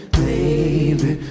baby